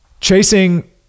chasing